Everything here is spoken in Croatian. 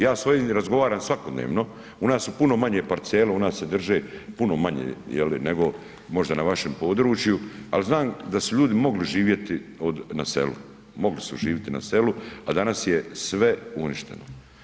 Ja sa svojima razgovaram svakodnevno, u nas su puno manje parcele, u nas se drže puno manje je li nego na vašem području, ali znam da su ljudi mogli živjeti na selu, mogli su živjeti na selu, a danas je sve uništeno.